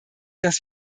dass